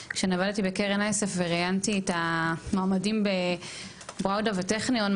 כשאני עבדתי בקרן אייסף וראיינתי את המועמדים במכללת בראודה וטכניון,